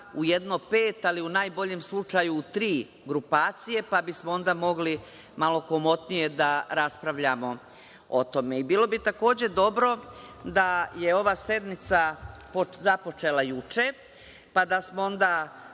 u jedno pet, ali u najboljem slučaju, u tri grupacije, pa bismo onda mogli malo komotnije da raspravljamo o tome. Bilo bi, takođe, dobro da je ova sednica započela juče, da smo onda